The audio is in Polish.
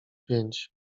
pięć